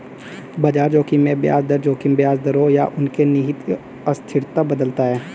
बाजार जोखिम में ब्याज दर जोखिम ब्याज दरों या उनके निहित अस्थिरता बदलता है